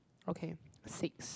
okay sixth